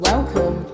Welcome